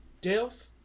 Death